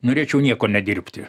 norėčiau nieko nedirbti